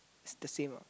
it's the same ah